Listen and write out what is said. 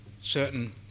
certain